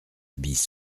bis